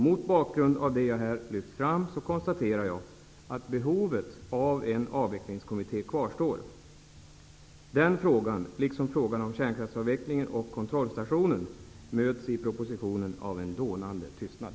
Mot bakgrund av det jag här har lyft fram konstaterar jag att behovet av en avvecklingskommitté kvarstår. Den frågan, liksom frågan om kärnkraftsavvecklingen och kontrollstationen, möts i propositionen av en dånande tystnad.